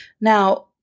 Now